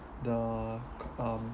the c~ um